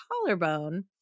collarbone